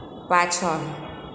પાછળ